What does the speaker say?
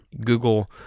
Google